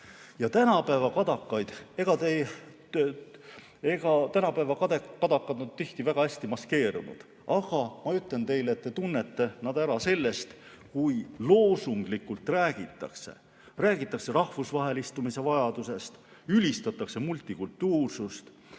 Tänapäeva kadakad on tihti väga hästi maskeerunud. Aga ma ütlen teile, et te tunnete nad ära sellest, kui loosunglikult räägitakse rahvusvahelistumise vajadusest, ülistatakse multikultuursust